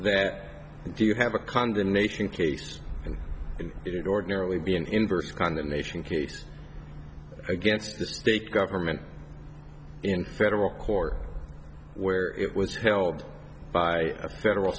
you have a condemnation case and it ordinarily be an inverse condemnation case against the state government in federal court where it was held by a federal